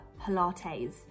Pilates